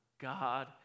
God